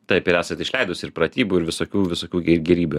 taip ir esat išleidus ir pratybų ir visokių visokių gė gėrybių